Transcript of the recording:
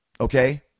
okay